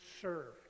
serve